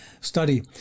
study